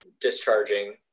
discharging